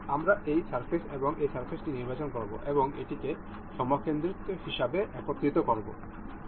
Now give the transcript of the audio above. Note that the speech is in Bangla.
আমরা এই সারফেস এবং এই সারফেসটি নির্বাচন করব এবং এটিকে সমকেন্দ্রিক হিসাবে একত্রিত করব